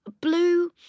Blue